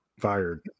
Fired